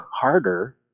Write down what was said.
harder